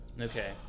Okay